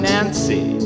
Nancy